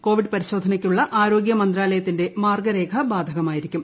Covid പരിശോധനയ്ക്കുള്ള ആരോഗ്യ മന്ത്രാലയത്തിന്റെ മാർഗ്ഗരേഖ ബാധകമായിരിക്കും